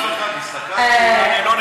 אמרת "אף אחד" הסתכלתי, אולי אני לא נמצא.